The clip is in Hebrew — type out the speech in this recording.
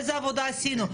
איזה עבודה עשינו.